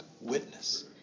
witness